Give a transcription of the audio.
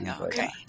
Okay